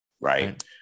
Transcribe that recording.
right